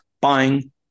buying